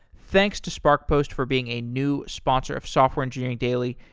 thanks to sparkpost for being a new sponsor of software engineering daily.